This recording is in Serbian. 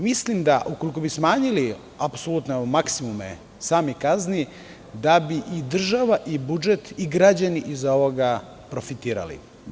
Mislim da, ukoliko bi smanjili maksimume samih kazni, da bi i država i budžet i građani iz ovoga profitirali.